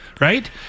right